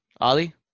Ali